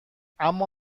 اما